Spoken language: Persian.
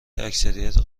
اکثریت